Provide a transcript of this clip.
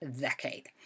decade